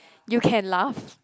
you can laugh